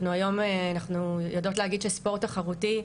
אנחנו היום יודעות להגיד שספורט תחרותי,